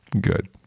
Good